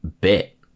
bit